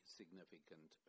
significant